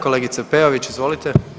Kolegice Peović, izvolite.